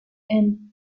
and